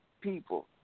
people